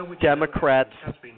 Democrats